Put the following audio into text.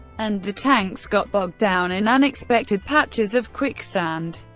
and the tanks got bogged down in unexpected patches of quicksand.